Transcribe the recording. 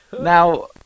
Now